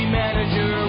manager